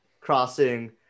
crossing